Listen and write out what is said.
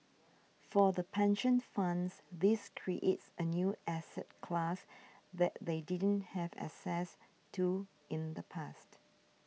for the pension funds this creates a new asset class that they didn't have access to in the past